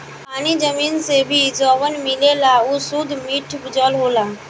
पानी जमीन से भी जवन मिलेला उ सुद्ध मिठ जल होला